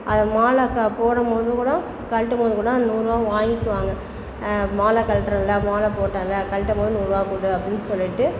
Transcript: அந்த மாலை கா போடும்போது கூடம் கழட்டம்போது கூடும் நூறுரூபா வாங்கிக்குவாங்க மாலை கலட்டுறேன்ல மாலை போட்டேன்ல கலட்டும்போது நூறுரூவா கொடு அப்படின்னு சொல்லிட்டு